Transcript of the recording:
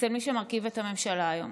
אצל מי שמרכיב את הממשלה היום,